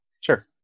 sure